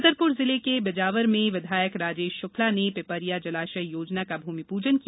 छतरपुर जिले के बिजावर में विधायक राजेश शुक्ला ने पिपरिया जलाशय योजना का भूमिपूजन किया